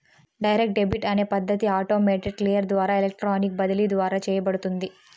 direct debit అనే పద్ధతి automated clear ద్వారా ఎలక్ట్రానిక్ బదిలీ ద్వారా చేయబడుతుంది